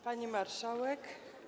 Pani Marszałek!